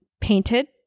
painted